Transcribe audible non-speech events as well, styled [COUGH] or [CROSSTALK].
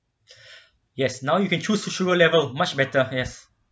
[BREATH] yes now you can choose sugar level much better yes